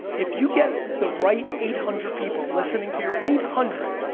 if you get the right eight hundred people listening to your, eight hundred,